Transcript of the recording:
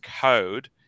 code